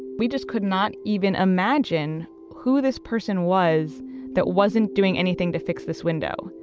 we just could not even imagine who this person was that wasn't doing anything to fix this window.